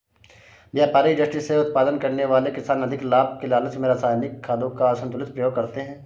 व्यापारिक दृष्टि से उत्पादन करने वाले किसान अधिक लाभ के लालच में रसायनिक खादों का असन्तुलित प्रयोग करते हैं